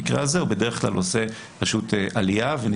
במקרה הזה הוא בדרך כלל עושה עלייה ונכנס למסלול.